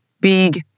big